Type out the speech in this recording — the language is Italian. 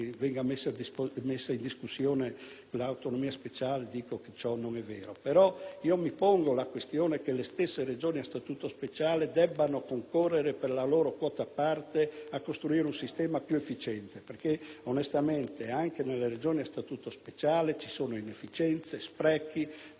l'autonomia speciale dico che ciò non è vero. Però, mi pongo la questione che le stesse Regioni a Statuto speciale debbano concorrere per la loro quota-parte a costruire un sistema più efficiente, in quanto anche nelle Regioni a Statuto speciale ci sono inefficienze, sprechi, disuguaglianze di gestione che vanno modificate.